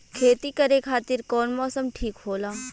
खेती करे खातिर कौन मौसम ठीक होला?